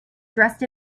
dressed